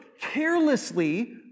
carelessly